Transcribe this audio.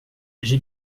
j’ai